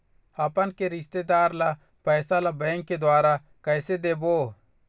अपन के रिश्तेदार ला पैसा ला बैंक के द्वारा कैसे देबो?